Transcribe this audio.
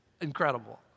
incredible